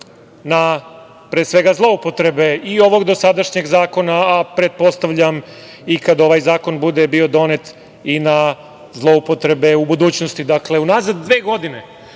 na, pre svega zloupotreba i ovog dosadašnjeg zakona, a pretpostavljam i kada ovaj zakon bude bio donet i na zloupotrebe u budućnosti. Dakle, unazad dve godine